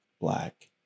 Black